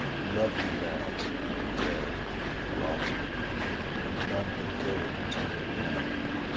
lovely lads and dead and rotten none that go return again.